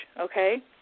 okay